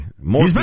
More